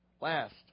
Last